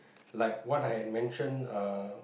like what I have mentioned uh